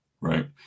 Right